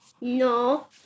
No